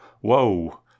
whoa